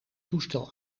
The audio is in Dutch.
toestel